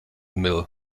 mill